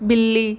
ਬਿੱਲੀ